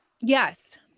Yes